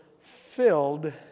filled